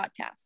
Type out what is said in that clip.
podcast